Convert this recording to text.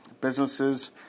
businesses